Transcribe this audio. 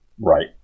right